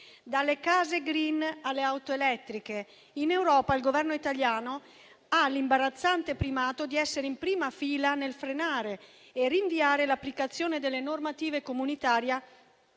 Dalle case *green* alle auto elettriche, in Europa il Governo italiano ha l'imbarazzante primato di essere in prima fila nel frenare e rinviare l'applicazione delle normative comunitarie